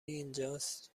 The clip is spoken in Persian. اینجاست